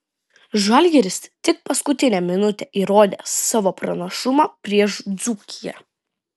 žalgiris tik paskutinę minutę įrodė savo pranašumą prieš dzūkiją